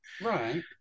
Right